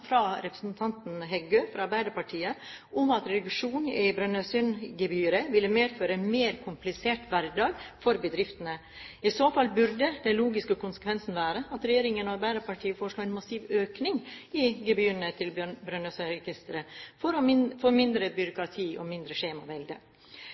fra representanten Heggø fra Arbeiderpartiet om at en reduksjon i Brønnøysund-gebyrene ville medføre en mer komplisert hverdag for bedriftene. I så fall burde den logiske konsekvensen være at regjeringen og Arbeiderpartiet foreslo en massiv økning i gebyrene til Brønnøysundregistrene for å få mindre byråkrati og mindre